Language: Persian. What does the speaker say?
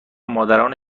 مادران